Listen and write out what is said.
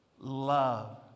Love